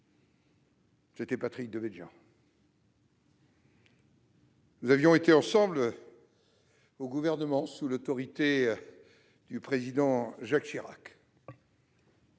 la crise financière. Nous avions été ensemble au Gouvernement sous l'autorité du président Jacques Chirac.